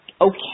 okay